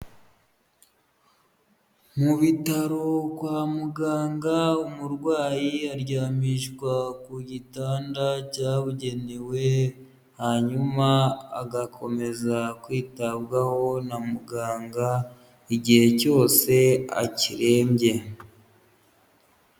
Mu bitaro kwa muganga, umurwayi aryamishwa ku gitanda cyabugenewe, hanyuma agakomeza kwitabwaho na muganga, igihe cyose akirembye.